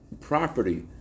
property